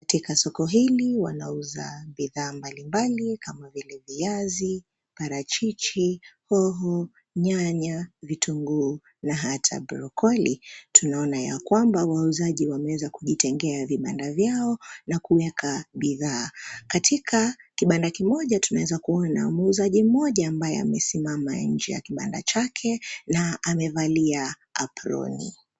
Katika soko hili, wanauza bidhaa mbalimbali kama vile viazi, parachichi, hoho, nyanya, vitunguu na hata brokoli. Tunaona ya kwamba wauzaji wameweza kujitengea vibanda vyao na kuweka bidhaa. Katika kibanda kimoja, tumeweza kuona muuzaji mmoja ambaye amesimama nje ya kibanda chake na amevalia aproni.